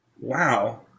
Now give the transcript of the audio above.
wow